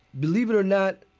believe it or not,